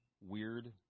weird